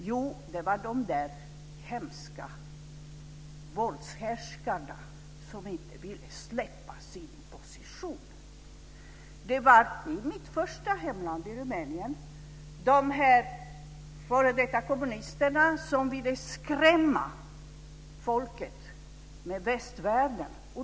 Jo, det var de där hemska våldshärskarna som inte ville släppa sin position. Det var i mitt första hemland, i Rumänien, de f.d. kommunisterna som ville skrämma folket med västvärlden.